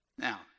Now